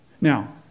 Now